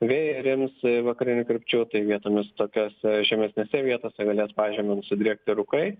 vėjai rims vakarinių krypčių vietomis tokiose žemesnėse vietose galės pažeme nusidriekti rūkai